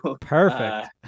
perfect